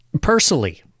personally